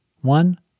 One